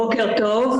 בוקר טוב.